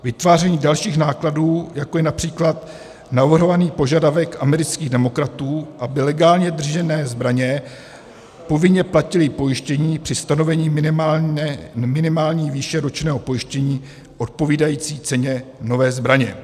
Vytváření dalších nákladů, jako je například navrhovaný požadavek amerických demokratů, aby legální držitelé zbraně povinně platili pojištění při stanovení minimální výše ročního pojištění odpovídající ceně nové zbraně.